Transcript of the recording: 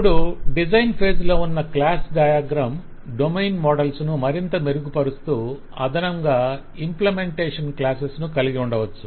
ఇప్పుడు design phase లో ఉన్న క్లాస్ డయాగ్రం డొమైన్ మోడల్స్ ను మరింత మెరుగుపరుస్తూ అదనంగా ఇంప్లెమెంటేషన్ క్లాసెస్ ను కలిగి ఉండవచ్చు